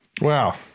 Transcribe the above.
Wow